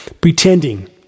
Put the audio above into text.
pretending